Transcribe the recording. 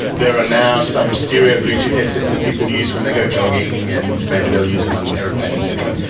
there are now some stereo bluetooth headsets that people use when they go jogging and maybe they'll use them on an aeroplane et cetera,